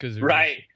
Right